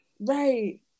Right